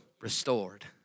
restored